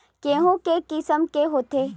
गेहूं के किसम के होथे?